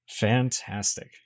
Fantastic